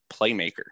playmaker